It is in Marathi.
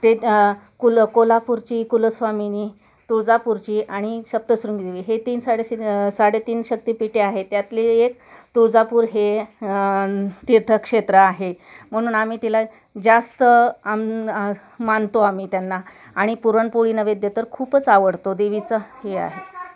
ते कुल कोल्हापूरची कुलस्वामीनी तुळजापूरची आणि सप्तशृंगी देवी हे तीन साडे साडेतीन शक्तिपीठे आहेत त्यातले एक तुळजापूर हे तीर्थक्षेत्र आहे म्हणून आम्ही तिला जास्त आम मानतो आम्ही त्यांना आणि पुरणपोळी नैवेद्य तर खूपच आवडतो देवीचं हे आहे